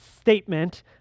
statement